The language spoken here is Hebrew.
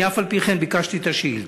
ואף-על-פי-כן ביקשתי את השאילתה.